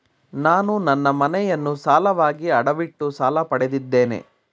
ನಾನು ನನ್ನ ಮನೆಯನ್ನು ಸಾಲವಾಗಿ ಅಡವಿಟ್ಟು ಸಾಲ ಪಡೆದಿದ್ದೇನೆ